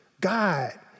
God